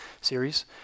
series